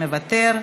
מוותר,